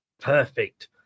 Perfect